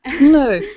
No